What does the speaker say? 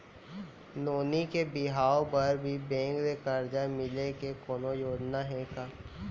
नोनी के बिहाव बर भी बैंक ले करजा मिले के कोनो योजना हे का?